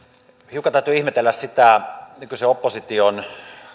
hiukan täytyy ihmetellä sitä nykyisen opposition